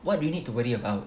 what do you need to worry about